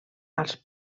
als